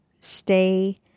stay